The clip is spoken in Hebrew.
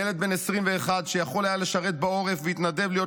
ילד בן 21 שיכול היה לשרת בעורף והתנדב להיות